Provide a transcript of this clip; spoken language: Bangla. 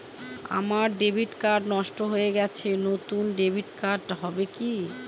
আমার ডেবিট কার্ড নষ্ট হয়ে গেছে নূতন ডেবিট কার্ড হবে কি?